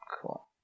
Cool